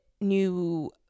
new